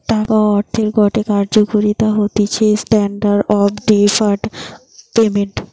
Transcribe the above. টাকা বা অর্থের গটে কার্যকারিতা হতিছে স্ট্যান্ডার্ড অফ ডেফার্ড পেমেন্ট